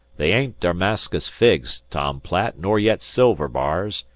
they ain't damarskus figs, tom platt, nor yet silver bars.